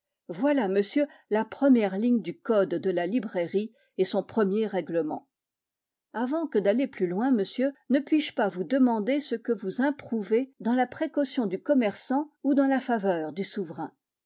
voilà monsieur la première ligne du code de la librairie et son premier règlement avant que d'aller plus loin monsieur ne puis-je pas vous demander ce que vous improuvez dans la précaution du commerçant ou dans la faveur du souverain